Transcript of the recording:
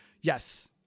yes